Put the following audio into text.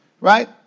Right